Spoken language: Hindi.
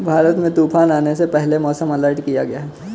भारत में तूफान आने से पहले मौसम अलर्ट किया गया है